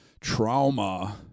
trauma